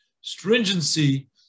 stringency